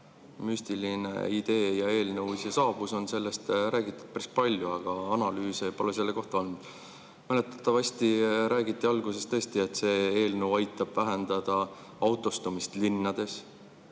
müstiline idee ja eelnõu siia saabus, on sellest räägitud päris palju, aga analüüse pole selle kohta olnud. Mäletatavasti räägiti alguses tõesti, et see eelnõu aitab vähendada autostumist linnades